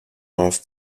off